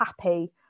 happy